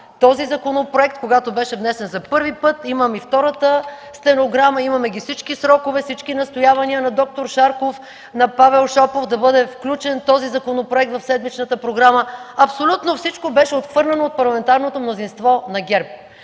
този законопроект, когато беше внесен за първи път. Имам и втората стенограма, имаме ги всички срокове, всички настоявания на д-р Шарков, на Павел Шопов да бъде включен този законопроект в седмичната програма. Абсолютно всичко беше отхвърлено от парламентарното мнозинство на ГЕРБ